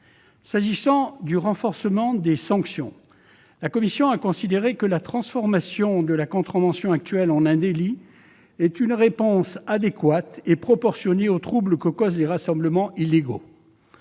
S'agissant du renforcement des sanctions, la commission a considéré que la transformation de la contravention actuelle en un délit est une réponse adéquate et proportionnée au trouble que causent les rassemblements illégaux.